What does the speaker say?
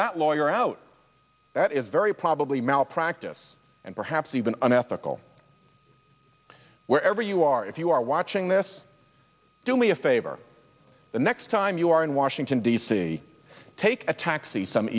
that lawyer out that is very probably malpractise and perhaps even unethical wherever you you are if you are watching this do me a favor the next time you are in washington d c take a taxi some